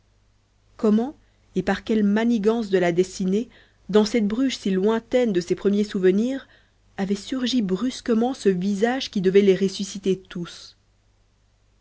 comment et par quelle manigance de la destinée dans cette bruges si lointaine de ses premiers souvenirs avait surgi brusquement ce visage qui devait les ressusciter tous